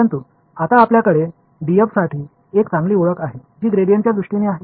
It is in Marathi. परंतु आता आपल्याकडे d f साठी एक चांगली ओळख आहे जी ग्रेडियंटच्या दृष्टीने आहे